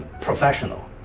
professional